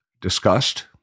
discussed